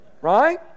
Right